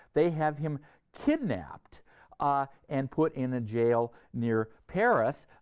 they have him kidnapped ah and put in a jail near paris.